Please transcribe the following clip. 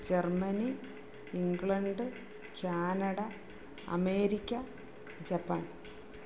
Germany England Canada America Japan